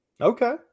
okay